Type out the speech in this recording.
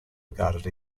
regarded